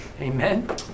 Amen